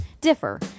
differ